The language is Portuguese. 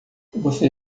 você